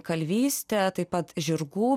kalvystė taip pat žirgų